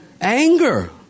Anger